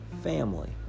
family